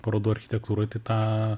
parodų architektūroj tai tą